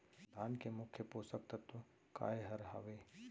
धान के मुख्य पोसक तत्व काय हर हावे?